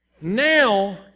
Now